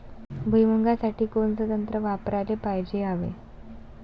भुइमुगा साठी कोनचं तंत्र वापराले पायजे यावे?